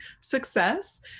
success